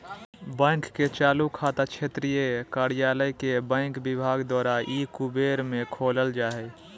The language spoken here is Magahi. बैंक के चालू खाता क्षेत्रीय कार्यालय के बैंक विभाग द्वारा ई कुबेर में खोलल जा हइ